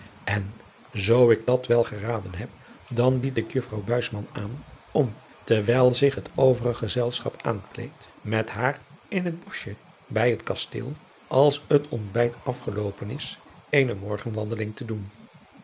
en zoo ik dat wel geraden heb dan bied ik juffrouw buisman aan om terwijl zich het overig gezelschap aankleedt met haar in het boschje bit het kasteel als het ontbijt afgeloopen is eene morgenwandeling te doen